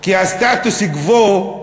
כי הסטטוס קוו,